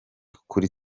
kuri